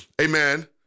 Amen